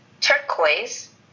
Turquoise